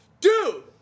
Dude